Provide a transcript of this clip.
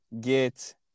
get